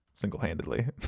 single-handedly